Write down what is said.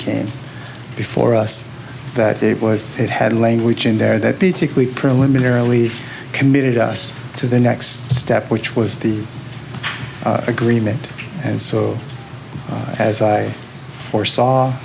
came before us that it was it had language in there that basically preliminarily committed us to the next step which was the agreement and so as i foresaw